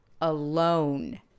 alone